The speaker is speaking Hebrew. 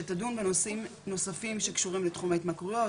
שתדון בנושאים נוספים שקשורים לתחום ההתמכרויות,